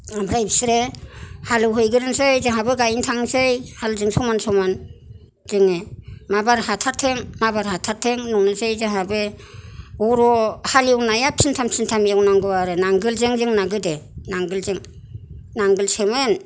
ओमफ्राय बिसोरो हालेवहैग्रोनोसै जोंहाबो गायनो थांसै हालजों समान समान जोङो माबार हाथारथों माबार हाथारथों नङोसै जोंहाबो अ र' हालेवनाया फिनथाम फिनथाम एवनांगौ आरो नांगोलजों जोंना गोदो नांगोलजों नांगोलसोमोन